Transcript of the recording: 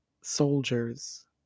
soldiers